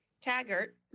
Taggart